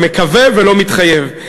אני מקווה ולא מתחייב.